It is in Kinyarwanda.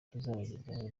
tuzabagezaho